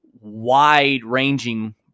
wide-ranging